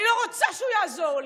אני לא רוצה שהוא יעזור לי,